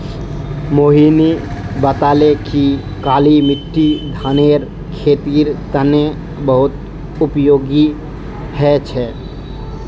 मोहिनी बताले कि काली मिट्टी धानेर खेतीर तने बहुत उपयोगी ह छ